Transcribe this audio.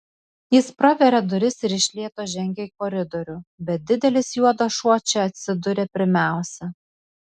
jis praveria duris ir iš lėto žengia į koridorių bet didelis juodas šuo čia atsiduria pirmiausia